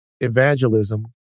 evangelism